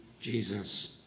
Jesus